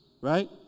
right